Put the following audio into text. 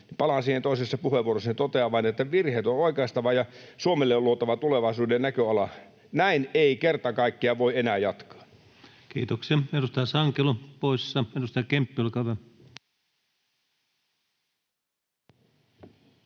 palaan siihen toisessa puheenvuorossani — on oikaistava ja Suomelle on luotava tulevaisuuden näköala. Näin ei kerta kaikkiaan voi enää jatkaa. Kiitoksia. — Edustaja Sankelo poissa. — Edustaja Kemppi, olkaa hyvä.